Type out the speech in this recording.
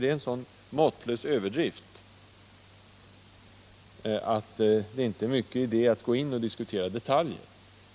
Det är en så måttlös överdrift, att det inte är mycket idé att börja diskutera detaljer.